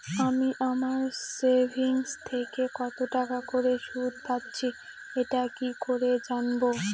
আমি আমার সেভিংস থেকে কতটাকা করে সুদ পাচ্ছি এটা কি করে জানব?